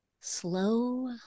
slow